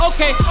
Okay